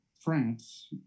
France